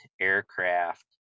Aircraft